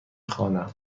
خوانم